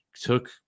took